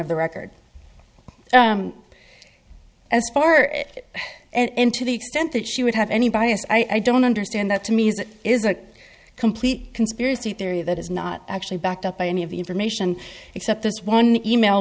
of the record as far and to the extent that she would have any bias i don't understand that to me as it is a complete conspiracy theory that is not actually backed up by any of the information except this one e mail